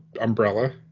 umbrella